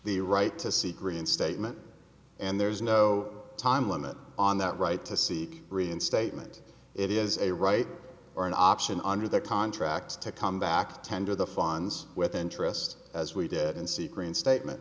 the right to seek reinstatement and there is no time limit on that right to seek reinstatement it is a right or an option under their contract to come back tender the funds with interest as we did in secret statement